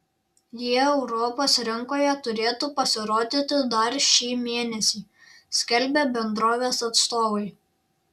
jie europos rinkoje turėtų pasirodyti dar šį mėnesį skelbia bendrovės atstovai